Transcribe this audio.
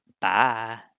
Bye